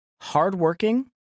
hardworking